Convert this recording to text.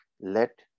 let